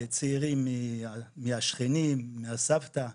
צעירים, מהשכנים, מהסבתא.